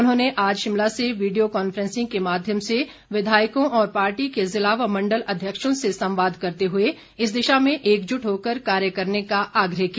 उन्होंने आज शिमला से वीडियो कांफ्रेंसिंग के माध्यम से विधायकों और पार्टी के जिला व मण्डल अध्यक्षों से संवाद करते हुए इस दिशा में एकजुट होकर कार्य करने का आग्रह किया